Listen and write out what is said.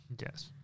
Yes